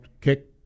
kick